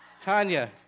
Tanya